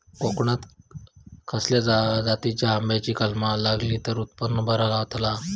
कोकणात खसल्या जातीच्या आंब्याची कलमा लायली तर उत्पन बरा गावताला?